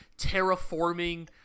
terraforming